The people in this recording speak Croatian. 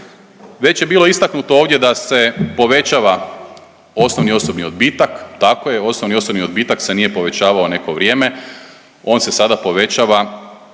Već je bilo istaknuto ovdje da se povećava osnovni osobni odbitak. Tako je, osnovni osobni odbitak se nije povećavao neko vrijeme. On se sada povećava